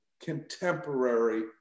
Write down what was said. contemporary